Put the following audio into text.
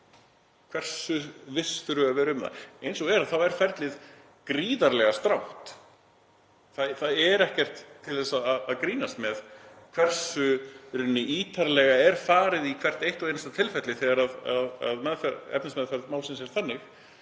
Hversu viss þurfum við að vera um það? Eins og er þá er ferlið gríðarlega strangt. Það er ekkert til að grínast með hversu ítarlega er farið í hvert eitt og einasta tilfelli þegar efnismeðferð málsins er til